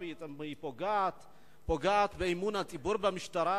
פוגעת באמון הציבור במשטרה.